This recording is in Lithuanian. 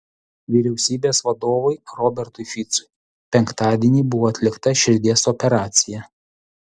vyriausybės vadovui robertui ficui penktadienį buvo atlikta širdies operacija